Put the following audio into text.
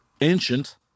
ancient